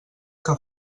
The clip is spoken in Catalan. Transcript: que